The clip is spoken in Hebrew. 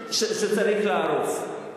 שצריך להרוס.